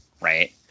right